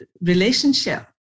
relationship